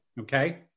Okay